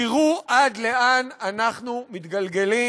תראו עד לאן אנחנו מתגלגלים,